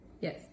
yes